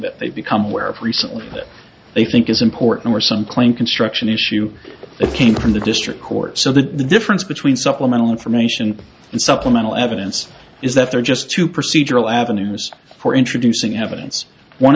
that they've become aware of recently that they think is important or some claim construction issue that came from the district court so the difference between supplemental information and supplemental evidence is that there are just too procedural avenues for introducing evidence one